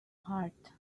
heart